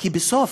כי בסוף,